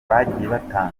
batanga